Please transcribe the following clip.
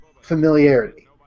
familiarity